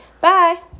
Bye